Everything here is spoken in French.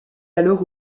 alors